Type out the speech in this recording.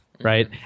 Right